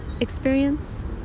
experience